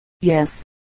yes